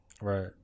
Right